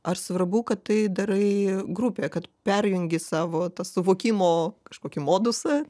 ar svarbu kad tai darai grupėje kad perjungi savo tą suvokimo kažkokį modusą